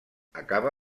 acaba